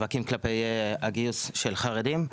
כלפי הגיוס של חרדים.